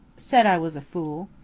said i was a fool.